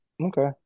Okay